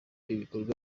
ibikorwa